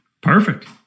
Perfect